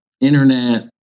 internet